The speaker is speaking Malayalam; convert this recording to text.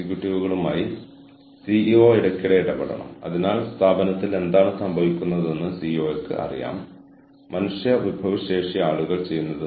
സുസ്ഥിര എച്ച്ആർഎം എന്നത് ഒരു ഓർഗനൈസേഷനെ പ്രാപ്തമാക്കാൻ ഉദ്ദേശിച്ചുള്ള ആസൂത്രിതമായ അല്ലെങ്കിൽ ഉയർന്നുവരുന്ന മാനവ വിഭവശേഷി തന്ത്രങ്ങളുടെയും സമ്പ്രദായങ്ങളുടെയും മാതൃകയാണ്